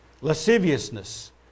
lasciviousness